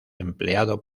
empleado